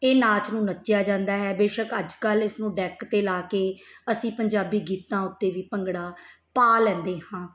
ਇਹ ਨਾਚ ਨੂੰ ਨੱਚਿਆ ਜਾਂਦਾ ਹੈ ਬੇਸ਼ੱਕ ਅੱਜ ਕੱਲ੍ਹ ਇਸਨੂੰ ਡੈਕ 'ਤੇ ਲਾ ਕੇ ਅਸੀਂ ਪੰਜਾਬੀ ਗੀਤਾਂ ਉੱਤੇ ਵੀ ਭੰਗੜਾ ਪਾ ਲੈਂਦੇ ਹਾਂ